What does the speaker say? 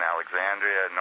Alexandria